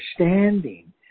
understanding